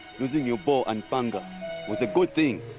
losing your bow and panga was a good thing.